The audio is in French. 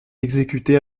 exécuté